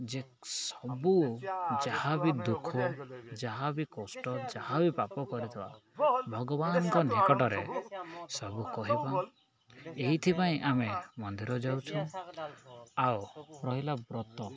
ଯେ ସବୁ ଯାହା ବି ଦୁଃଖ ଯାହାବି କଷ୍ଟ ଯାହା ବି ପାପ କରିଥିବା ଭଗବାନଙ୍କ ନିକଟରେ ସବୁ କହିବ ଏଇଥିପାଇଁ ଆମେ ମନ୍ଦିର ଯାଉଛୁ ଆଉ ରହିଲା ବ୍ରତ